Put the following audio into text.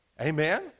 Amen